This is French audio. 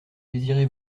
désirez